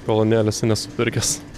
kolonėlėse nesu pirkęs